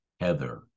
Heather